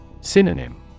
Synonym